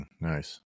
Nice